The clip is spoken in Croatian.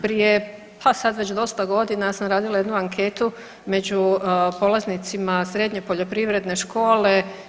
Prije pa sad već dosta godina ja sam radila jednu anketu među polaznicima srednje Poljoprivredne škole.